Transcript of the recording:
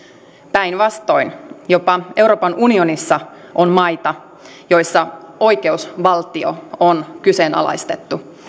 päinvastoin jopa euroopan unionissa on maita joissa oikeusvaltio on kyseenalaistettu